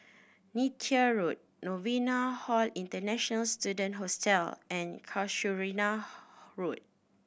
Neythai Road Novena Hall International Student Hostel and Casuarina Road